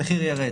המחיר ירד.